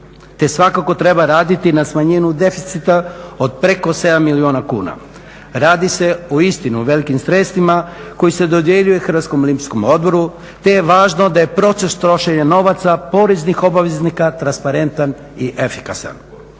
te svakako treba raditi na smanjenju deficita od preko 7 milijuna kuna. Radi se uistinu o velikim sredstvima koji se dodjeljuje Hrvatskom olimpijskom odboru te je važno da je proces trošenja novaca poreznih obveznika transparentan i efikasan.